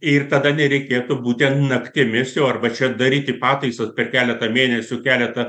ir tada nereikėtų būten naktimis jau arba čia daryti pataisas per keleta mėnesių keleta